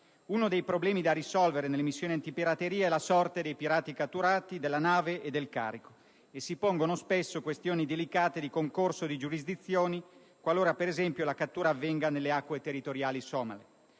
Uno dei problemi da risolvere nelle missioni antipirateria è la sorte dei pirati catturati, della nave e del carico. Si pongono spesso questioni delicate di concorso di giurisdizioni qualora, per esempio, la cattura avvenga nelle acque territoriali somale.